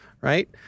right